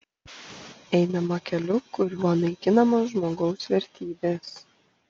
einama keliu kuriuo naikinamos žmogaus vertybės